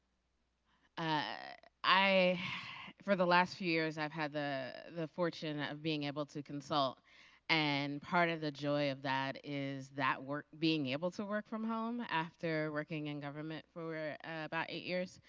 i for the last few years i have had the the fortune of can able to consult and part of the joy of that is that work being able to work from home after working in government for about eight years.